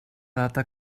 data